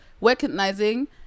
recognizing